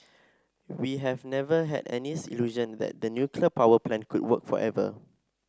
we have never had any illusion that the nuclear power plant could work forever